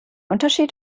unterschied